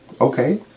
okay